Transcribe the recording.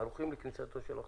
ערוכים לכניסתו של החוק.